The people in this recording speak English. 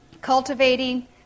Cultivating